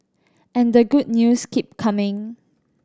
and the good news keep coming